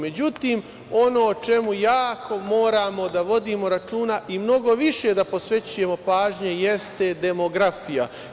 Međutim, ono o čemu jako moramo da vodimo računa i mnogo više da posvećujemo pažnje jeste demografija.